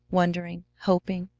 wondering, hoping,